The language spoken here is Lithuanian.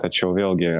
tačiau vėlgi